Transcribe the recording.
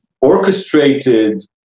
orchestrated